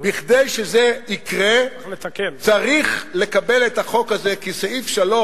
כדי שזה יקרה צריך לקבל את החוק הזה, כי סעיף 3,